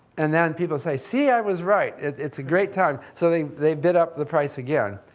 and then people say, see, i was right, it's a great time. so they they bid up the price again.